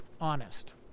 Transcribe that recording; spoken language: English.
honest